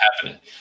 happening